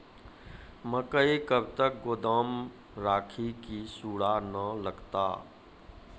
मकई कब तक गोदाम राखि की सूड़ा न लगता?